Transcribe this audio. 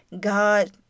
God